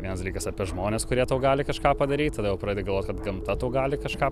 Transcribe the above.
vienas dalykas apie žmones kurie tau gali kažką padaryt tada jau pradedi galvot kad gamta tau gali kažką